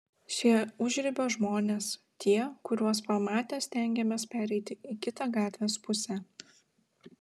šie užribio žmonės tie kuriuos pamatę stengiamės pereiti į kitą gatvės pusę